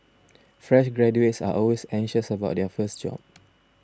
fresh graduates are always anxious about their first job